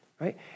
right